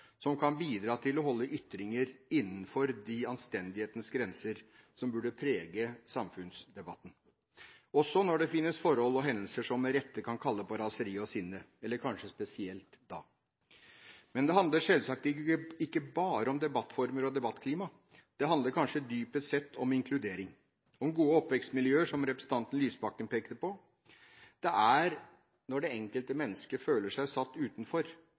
som kan bidra til å holde ytringer innenfor de anstendighetens grenser som burde prege samfunnsdebatten, også når det finnes forhold og hendelser som med rette kan kalle på raseri og sinne, eller kanskje spesielt da. Men det handler selvsagt ikke bare om debattformer og debattklima, det handler dypest sett kanskje om inkludering og om gode oppvekstmiljøer, som representanten Lysbakken pekte på. Det er når det enkelte mennesket føler seg satt utenfor,